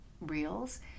reels